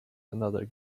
another